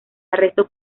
arresto